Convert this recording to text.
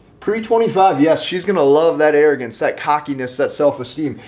pre twenty five yes, she's gonna love that arrogance that cockiness that self esteem.